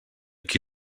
qui